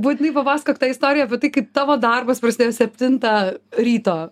būtinai papasakok tą istoriją apie tai kaip tavo darbas prasidėjo septintą ryto